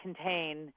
contain